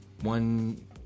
one